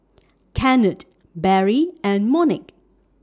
Kennard Barry and Monique